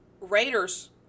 Raiders –